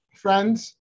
Friends